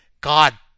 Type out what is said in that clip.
God